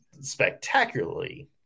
spectacularly